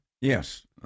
Yes